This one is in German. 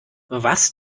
was